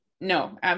No